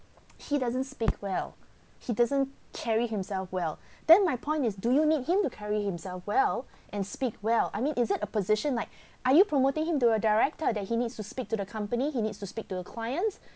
he doesn't speak well he doesn't carry himself well then my point is do you need him to carry himself well and speak well I mean is it a position like are you promoting him to a director that he needs to speak to the company he needs to speak to a clients